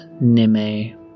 Nime